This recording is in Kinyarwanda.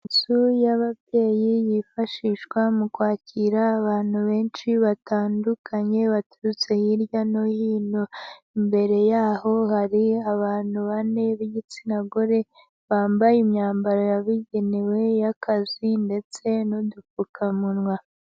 Inzu y'ababyeyi yifashishwa mu kwakira abantu benshi batandukanye baturutse hirya no hino, imbere yaho hari abantu bane b'igitsina gore bambaye imyambaro yabugenewe y'akazi ndetse n'udupfukamunwa.